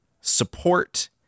support